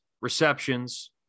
receptions